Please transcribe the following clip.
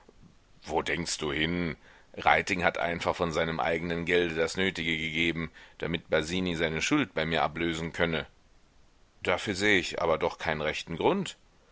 wo denkst du hin reiting hat einfach von seinem eigenen gelde das nötige gegeben damit basini seine schuld bei mir ablösen könne dafür sehe ich aber doch keinen rechten grund